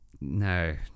No